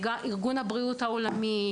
ארגון הבריאות העולמי,